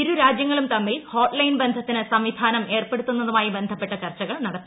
ഇരുരാജ്യങ്ങളും തമ്മിൽ ഹോട്ട്ലൈൻ ബന്ധത്തിന് സംവിധാനം ഏർപ്പെടുത്തുന്നതുമായി ബന്ധപ്പെട്ട ചർച്ചകൾ നടത്തി